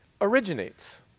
originates